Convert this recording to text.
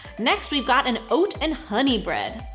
next we've got an oat and honey bread.